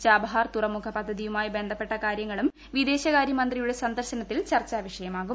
ഛാബഹാർ തുറമുഖ പദ്ധതിയുമായി ബന്ധപ്പെട്ട കാര്യങ്ങളും വിദേശകാര്യമന്ത്രിയുടെ സന്ദർശനത്തിൽ ചർച്ചാ വിഷയമാകും